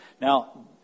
Now